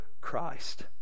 Christ